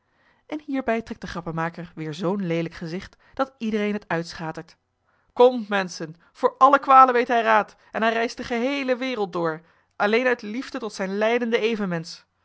en hierbij trekt de grappenmaker weer zoo'n leelijk gezicht dat iedereen het uitschatert komt menschen voor alle kwalen weet hij raad en hij reist de geheele wereld door alleen uit liefde tot zijn lijdenden